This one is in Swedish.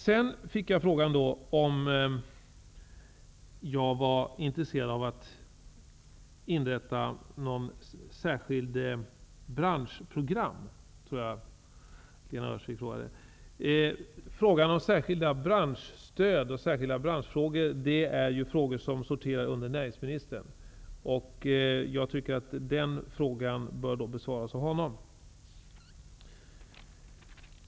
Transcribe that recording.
Lena Öhrsvik frågade mig om jag var intresserad av att inrätta ett särskilt branschprogram. Särskilda branschstöd och andra branschfrågor sorterar emellertid under näringsministern. Den ställda frågan bör därför besvaras av honom.